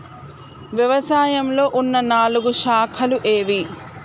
వ్యవసాయంలో ఉన్న నాలుగు శాఖలు ఏవి?